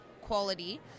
quality